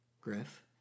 Griff